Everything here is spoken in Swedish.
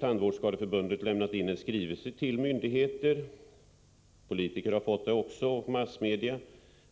Tandvårdsskadeförbundet har lämnat in en skrivelse i det här ärendet till ansvariga myndigheter. Skrivelsen har också delgivits politiker och massmedia.